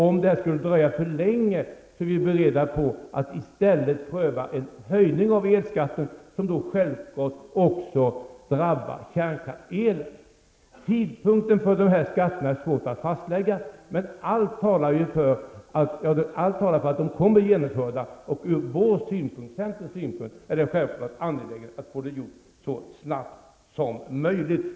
Om det skulle dröja för länge, är vi beredda att i stället pröva en höjning av elskatten, som då självklart också drabbar kärnkraftselen. Tidpunkten för detta är det svårt att fastlägga, men allt talar för att det kommer att genomföras, och ur centerns synpunkt är det självklart att få det gjort så snabbt som möjligt.